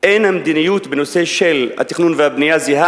אין המדיניות בנושא של התכנון והבנייה זהה